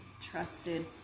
trusted